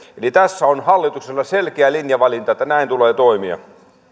eli tässä on hallituksella selkeä linjavalinta että näin tulee toimia